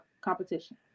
competition